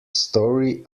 story